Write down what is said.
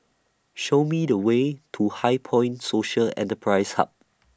Show Me The Way to HighPoint Social Enterprise Hub